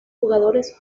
jugadores